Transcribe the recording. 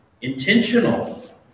intentional